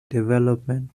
development